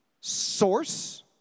source